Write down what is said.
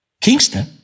Kingston